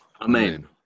Amen